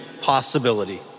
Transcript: possibility